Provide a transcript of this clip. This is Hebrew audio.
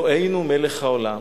אלוהינו מלך העולם.